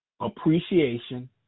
appreciation